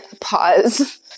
Pause